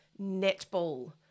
netball